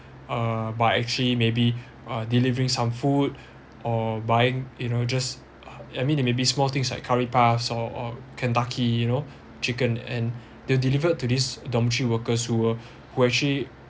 uh by actually maybe uh delivering some food or buying you know just I mean they maybe small things like curry puffs or or or Kentucky you know chicken and they delivered to this dormitory workers who were who actually